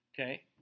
Okay